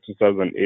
2008